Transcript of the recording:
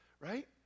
right